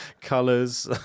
colors